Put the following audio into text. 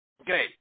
Okay